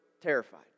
terrified